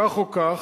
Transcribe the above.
כך או כך,